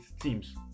teams